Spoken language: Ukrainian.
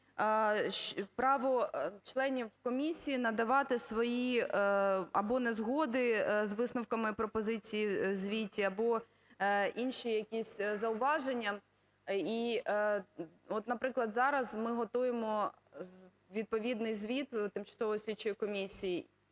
право членів комісії надавати свої або незгоди з висновками пропозицій в звіті, або інші якісь зауваження. І от, наприклад, зараз ми готуємо відповідний звіт тимчасової слідчої комісії.